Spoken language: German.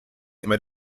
immer